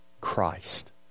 Christ